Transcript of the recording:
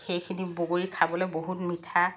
সেইখিনি বগৰী খাবলৈ বহুত মিঠা